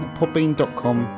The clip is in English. podbean.com